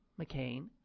McCain